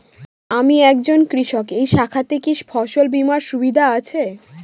আমি একজন কৃষক এই শাখাতে কি ফসল বীমার সুবিধা আছে?